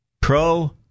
pro